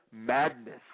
madness